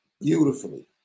Beautifully